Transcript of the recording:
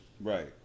Right